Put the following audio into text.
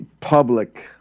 public